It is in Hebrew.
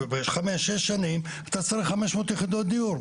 שש שנים חמש מאות יחידות דיור.